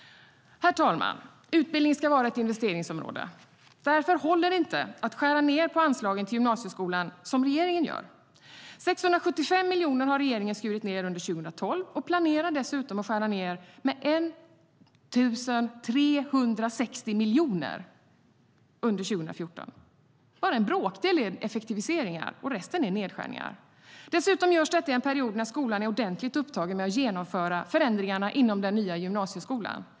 Herr talman! Utbildning ska vara ett investeringsområde. Därför håller det inte att skära ned på anslagen till gymnasieskolan som regeringen gör. 675 miljoner har regeringen skurit ned under 2012, och man planerar dessutom att skära ned med 1 360 miljoner under 2014. Bara en bråkdel är effektiviseringar, och resten är nedskärningar. Dessutom görs detta i en period när skolan är ordentligt upptagen med att genomföra förändringarna inom den nya gymnasieskolan.